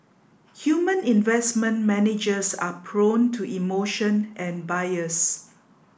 human investment managers are prone to emotion and bias